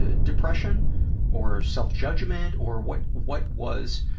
ah depression or self-judgment or what what was,